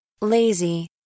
Lazy